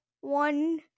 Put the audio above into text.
one